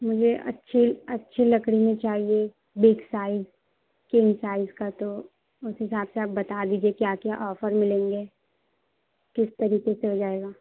مجھے اچھی اچھی لکڑی میں چاہیے بگ سائز کنگ سائز کا تو اُس حساب سے آپ بتا دیجیے کیا کیا آفر ملیں گے کس طریقے سے ہو جائے گا